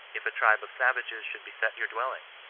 if a tribe of savages should beset your dwelling?